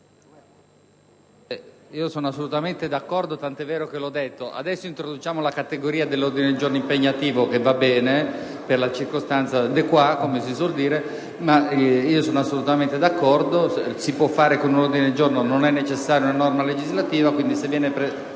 sono assolutamente d'accordo, tant'è vero che l'ho detto. Adesso introduciamo la categoria dell'ordine del giorno impegnativo, che va bene per la circostanza *de qua*, ma - ripeto - io sono assolutamente d'accordo. Il problema si può risolvere con un ordine del giorno, non è necessaria una norma legislativa. Quindi, se l'emendamento